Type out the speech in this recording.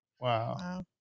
Wow